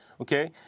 Okay